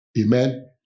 Amen